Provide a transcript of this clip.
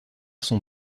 son